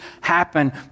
happen